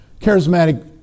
charismatic